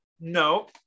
No